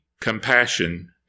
compassion